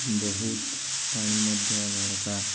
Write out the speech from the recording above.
ବହୁତ ପାଣି ମଧ୍ୟ ଦରକାର